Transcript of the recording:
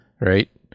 right